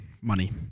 Money